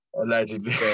Allegedly